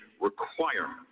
requirement